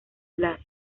blas